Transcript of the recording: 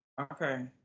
Okay